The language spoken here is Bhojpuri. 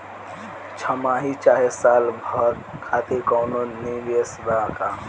छमाही चाहे साल भर खातिर कौनों निवेश बा का?